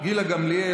גילה גמליאל,